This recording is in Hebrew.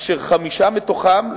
אשר חמישה מתוכם,